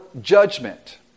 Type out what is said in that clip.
judgment